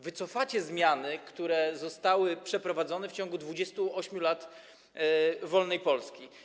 Wy cofacie zmiany, które zostały przeprowadzone w ciągu 28 lat wolnej Polski.